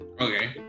Okay